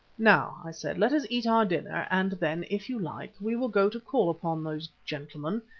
now, i said, let us eat our dinner and then, if you like, we will go to call upon those gentlemen,